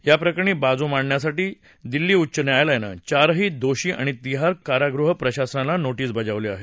याप्रकरणी बाजू मांडण्यासाठी दिल्ली उच्च न्यायालयानं चारही दोषी आणि तिहार कारागृह प्रशासनाला नोटीस बजावली आहे